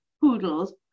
poodles